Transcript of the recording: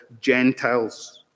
Gentiles